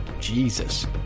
Jesus